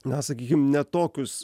na sakykim ne tokius